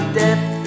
depth